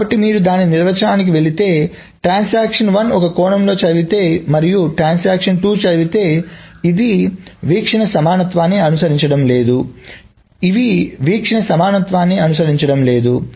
కాబట్టి మీరు దాని నిర్వచనానికి వెళితే ట్రాన్సాక్షన్1 ఒక కోణంలో చదివితే మరియు ట్రాన్సాక్షన్2 చదివితే ఇది వీక్షణ సమానత్వాన్ని అనుసరించడం లేదు ఇవి వీక్షణ సమానత్వాన్ని అనుసరించడం లేదు